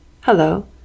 Hello